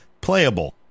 playable